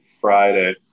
Friday